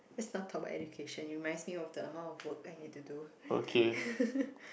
please don't talk about education it reminds me of the amount of work I need to do